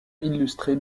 illustré